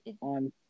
on